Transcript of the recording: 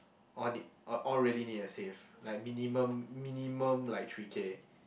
all need all all really need to save like minimum minimum like three K